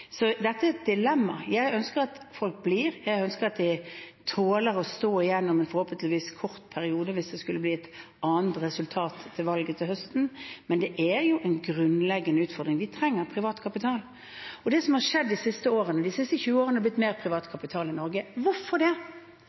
Dette er et dilemma. Jeg ønsker at folk blir, jeg ønsker at de tåler å stå gjennom en forhåpentligvis kort periode, hvis det skulle bli et annet resultat ved valget til høsten, men det er en grunnleggende utfordring. Vi trenger privat kapital. De siste 20 årene har det blitt mer privat kapital i Norge. Hvorfor det?